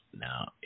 Now